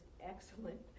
excellent